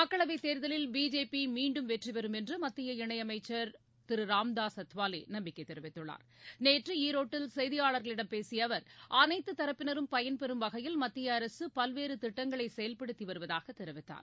மக்களவைதேர்தலில் பிஜேபிமீண்டும் வெற்றிபெறும் என்றுமத்திய இணையமைச்சர் திருராம்தாஸ் அத்வாலேநம்பிக்கைதெரிவித்துள்ளார் நேற்றுஈரோட்டில் செய்தியாளர்களிடம் பேசியஅவர் அனைத்துதரப்பினரும் பயன்பெறும் வகையில் மத்தியஅரசுபல்வேறுதிட்டங்களைசெயல்படுத்திவருவதாகதெரிவித்தார்